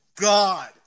God